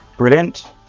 Brilliant